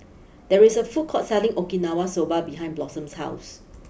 there is a food court selling Okinawa Soba behind Blossom's house